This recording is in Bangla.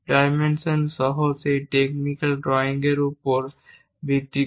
ডাইমেনশন সহ সেই টেকনিক্যাল ড্রয়িং এর উপর ভিত্তি করে